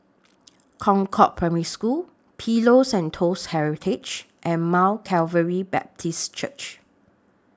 Concord Primary School Pillows and Toast Heritage and Mount Calvary Baptist Church